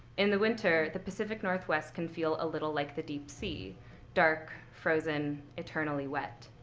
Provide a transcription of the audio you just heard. in the winter, the pacific northwest can feel a little like the deep sea dark, frozen, eternally wet.